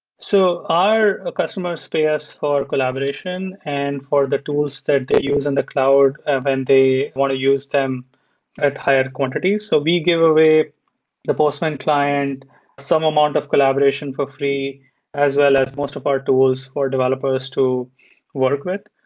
so our ah customers pay us for collaboration and for the tools that they use on the cloud when and they want to use them at higher quantities. so we give away the postman client some amount of collaboration for free as well as most of our tools for developers to work with.